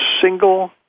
single